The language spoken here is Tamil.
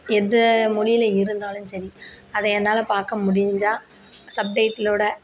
எந்த மொழியில் இருந்தாலும் சரி அதை என்னால் பார்க்க முடிஞ்சால் சப்டைட்டிலோடு